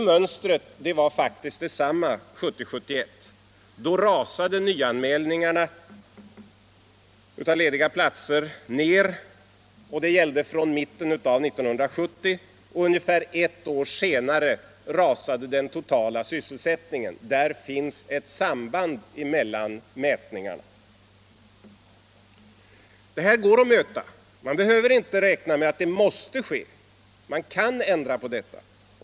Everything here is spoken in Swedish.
Mönstret var faktiskt detsamma 1970-1971. Då rasade nyanmälningarna av lediga platser ned från mitten av 1970. Ungefär ett år senare rasade också den totala sysselsättningen. Där finns ett samband. Denna utveckling går att möta. Man behöver inte räkna med att detta måste ske. Man kan ändra på det.